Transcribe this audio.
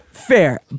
fair